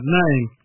name